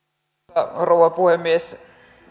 arvoisa rouva puhemies